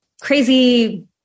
crazy